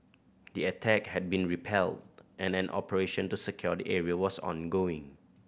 the attack had been repelled and an operation to secure the area was ongoing